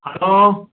hello